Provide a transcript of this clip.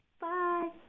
Bye